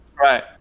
right